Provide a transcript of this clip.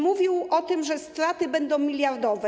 Mówił o tym, że straty będą miliardowe.